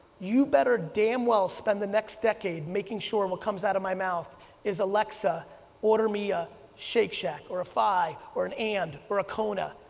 you better damn well spend the next decade, making sure what comes out of my mouth is alexa order me a shake shack, or a five, or an and, or a kona,